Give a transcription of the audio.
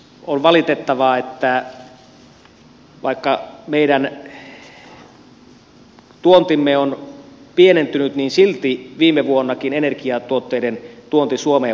on valitettavaa että vaikka meidän tuontimme on pienentynyt niin silti viime vuonnakin energiatuotteiden tuonti suomeen vain kasvoi